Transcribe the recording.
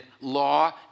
law